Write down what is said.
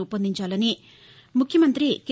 రూపొందించాలని ముఖ్యమంతి కె